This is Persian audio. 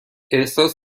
احساس